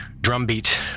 drumbeat